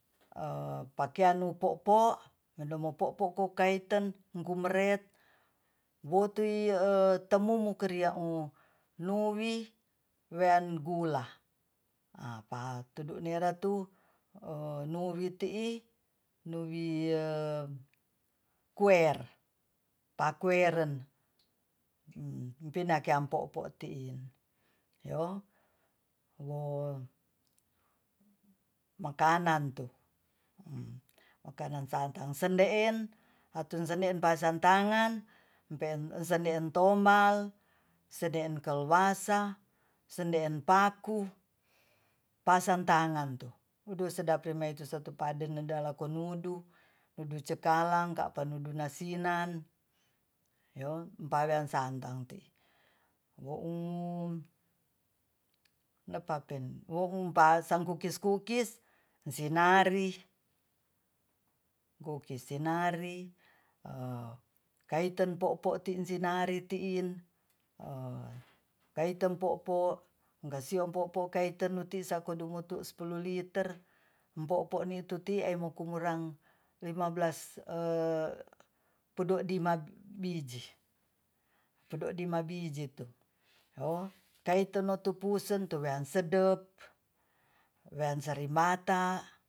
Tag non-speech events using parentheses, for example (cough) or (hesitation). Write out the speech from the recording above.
(hesitation) pakeyan nu po'po medomu po'po kukaiten gumuret woti (hesitation) temumu kiriau nuwi wean gula a patudu neratu (hesitation) nuwi tii nuwi (hesitation) kuer pakueren (hesitation) pinako empopo tiin yo wo makanan tu makanan santan sendeen atu sendeen pasantangan empeen sendeen tomal sendeen keluasa sendeen paku pasan tangan tu udu sedap rimai tu satu paden nedalakonudu nudu cekalang ka'pa nudu nasinan yo paweaan santan ti wou nepapen nou pasan kukis-kukis sinari (hesitation) kaiten po'po sinari tiin (hesitation) kaiten po'po kasion po'po kaiton nutin sakonutu spuluh liter mpo-mpo nituti emo kumurang limabelas (hesitation) podo' dima biji- (unintelligible) kaiten notupusan nuwan sedap wan cari mata